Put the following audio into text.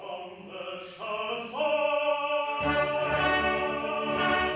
oh god